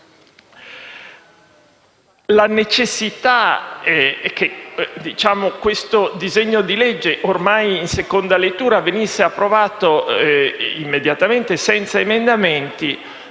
La necessità che questo disegno di legge, ormai in seconda lettura, venisse approvato immediatamente senza emendamenti